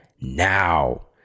now